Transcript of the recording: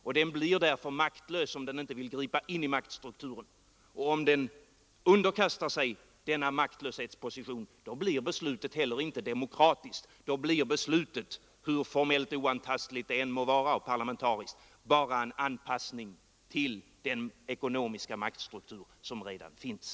Därför blir den maktlös, om den inte vill gripa in i maktstrukturen. Och om den underkastar sig denna maktlöshetsposition, så blir beslutet inte heller demokratiskt. Då blir beslutet, hur formellt och parlamentariskt oantastligt det än må vara, bara en anpassning till den ekonomiska maktstruktur som redan finns.